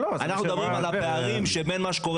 אנחנו מדברים על הפער בין מה שקורה